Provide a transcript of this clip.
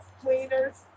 cleaners